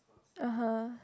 (uh huh)